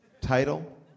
title